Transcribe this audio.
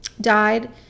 died